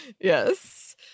Yes